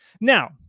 Now